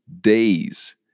days